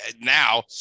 now